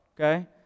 okay